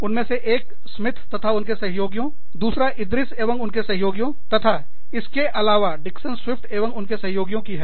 उनमें से एक स्मिथ एवं उनके सहयोगियों दूसरा इदरीश एवं उनके सहयोगीयों तथा इसके अलावा डिक्सन स्विफ्ट एवं उनके सहयोगियों की है